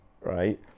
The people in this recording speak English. right